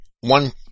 one